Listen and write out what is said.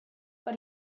but